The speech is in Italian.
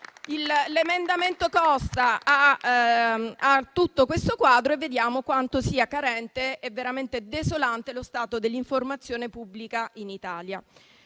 l'emendamento Costa a tutto questo quadro e vediamo quanto sia carente e veramente desolante lo stato dell'informazione pubblica in Italia.